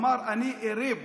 אמר: אני אירה בו.